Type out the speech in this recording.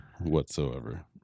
whatsoever